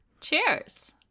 cheers